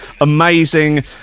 amazing